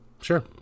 Sure